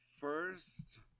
First